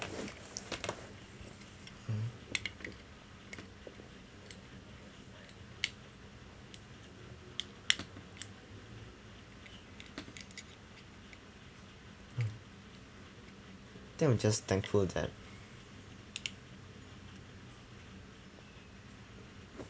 I think I'm just thankful that